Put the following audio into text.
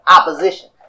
opposition